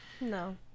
No